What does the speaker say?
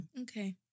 okay